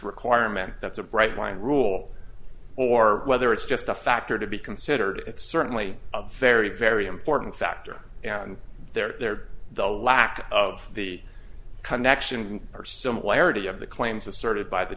requirement that's a bright line rule or whether it's just a factor to be considered it's certainly a very very important factor and there the lack of the connection or similarity of the claims asserted by the